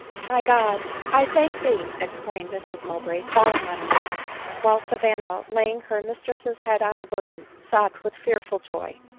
my god! i thank, thee! exclaimed mrs mowbray, falling on her knees while savanna, laying her mis tress's head on her bosom, sobbed with fearful joy.